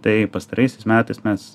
tai pastaraisiais metais mes